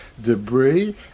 debris